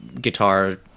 guitar